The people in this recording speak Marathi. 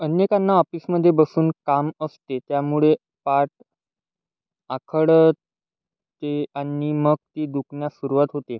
अनेकांना ऑपिसमध्ये बसून काम असते त्यामुळे पाठ आखडते आणि मग ती दुखण्यास सुरूवात होते